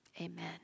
Amen